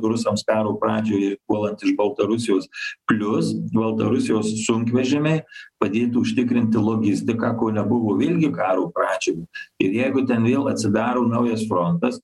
rusams karo pradžioje puolant iš baltarusijos plius baltarusijos sunkvežimiai padėti užtikrinti logistiką ko nebuvo irgi karo pradžioj ir jeigu ten vėl atsidaro naujas frontas